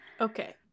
Okay